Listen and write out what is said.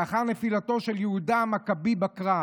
לאחר נפילתו של יהודה המכבי בקרב,